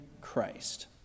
Christ